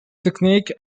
technique